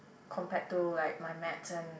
compared to like my maths and